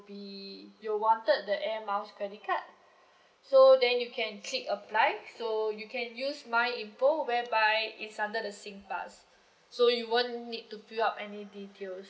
be you wanted the air miles credit card so then you can click apply so you can use my info whereby it's under the singpass so you won't need to fill up any details